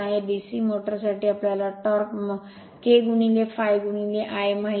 DC motor साठी आम्हाला torque K ∅ Ia माहित आहे